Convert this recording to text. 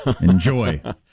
enjoy